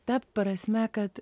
ta prasme kad